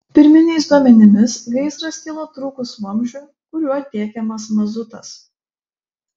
pirminiais duomenimis gaisras kilo trūkus vamzdžiui kuriuo tiekiamas mazutas